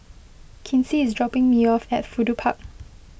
Kinsey is dropping me off at Fudu Park